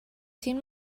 seen